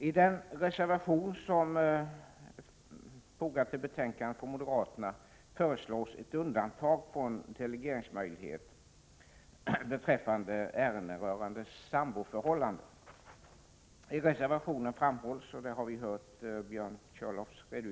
I den reservation från moderaterna som är fogad till betänkandet föreslås ett undantag från delegeringsmöjlighet beträffande ärenden rörande sambo förhållanden. I reservationen framhålls, och det har vi hört Björn Körlof — Prot.